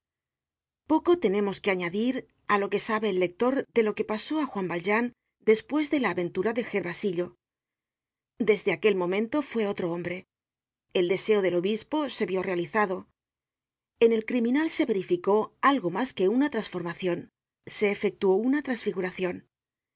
poco tenemos que añadir á lo que sabe el lector de lo que pasó á juan valjean despues de la aventura de gervasillo desde aquel momento fue otro hombre el deseo del obispo se vió realizado en el criminal se verificó algo mas que una trasformacion se efectuó una trasfiguracion